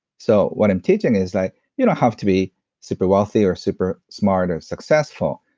so what i'm teaching is like you don't have to be super wealthy or super smart or successful.